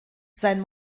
sein